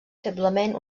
feblement